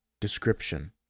Description